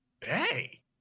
Hey